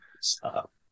Stop